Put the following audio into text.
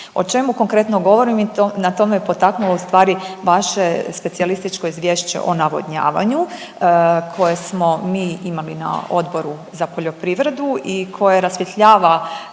O čemu konkretno govorim? Na to me potaknulo u stvari vaše specijalističko izvješće o navodnjavanju koje smo mi imali na Odboru za poljoprivredu i koje rasvjetljava